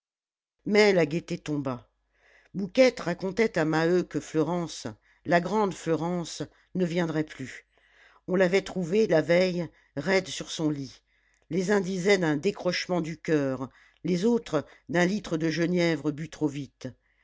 mais la gaieté tomba mouquette racontait à maheu que fleurance la grande fleurance ne viendrait plus on l'avait trouvée la veille raide sur son lit les uns disaient d'un décrochement du coeur les autres d'un litre de genièvre bu trop vite